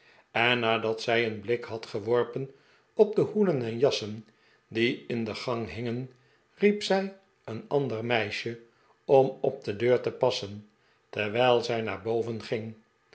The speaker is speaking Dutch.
en nadat zij een blik had geworpen op de hoeden en jassen die in de gang hingen riep zij een ander meisje ora op de deur te passen terwijl zij naar boven ging